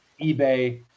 eBay